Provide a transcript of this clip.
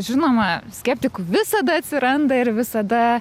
žinoma skeptikų visada atsiranda ir visada